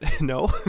No